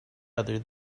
other